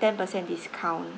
ten per cent discount